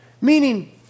Meaning